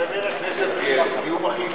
חבר הכנסת בילסקי הוא,